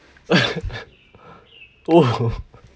oh